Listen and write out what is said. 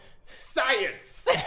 science